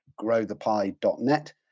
growthepie.net